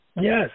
Yes